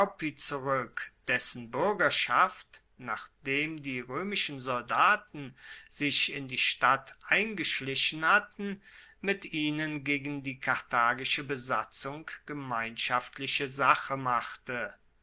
zurueck dessen buergerschaft nachdem die roemischen soldaten sich in die stadt eingeschlichen hatten mit ihnen gegen die karthagische besatzung gemeinschaftliche sache machte